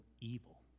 evil